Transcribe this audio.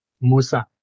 Musa